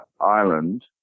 Island